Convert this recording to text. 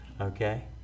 Okay